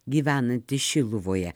gyvenantis šiluvoje